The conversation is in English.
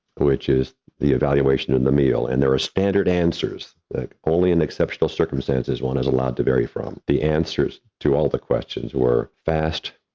which is the evaluation of the meal and there are standard answers that only in exceptional circumstances, one is allowed to vary from the answers to all the questions were fast,